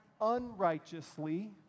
unrighteously